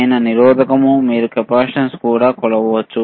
ఇక్కడ మీరు కెపాసిటెన్స్ను కూడా కొలవవచ్చు